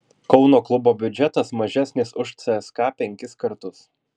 kauno klubo biudžetas mažesnis už cska penkis kartus